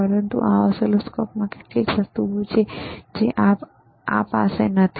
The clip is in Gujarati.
પરંતુ આ ઓસિલોસ્કોપમાં કેટલીક વસ્તુઓ છે જે આ પાસે નથી